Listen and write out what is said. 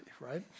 right